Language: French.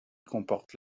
comporte